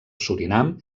surinam